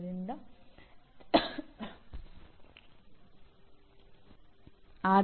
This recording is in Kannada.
ಆದರೆ ಪ್ರೋಗ್ರಾಮ್ ಪರಿಣಾಮಗಳನ್ನು ಎನ್ಬಿಎ ನಿರ್ಧರಿಸಬಹುದು